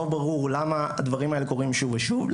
לא ברור למה הדברים האלה קורים שוב ושוב.